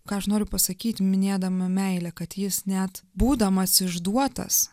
ką aš noriu pasakyti minėdama meilę kad jis net būdamas išduotas